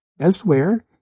Elsewhere